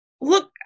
Look